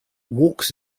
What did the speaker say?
walks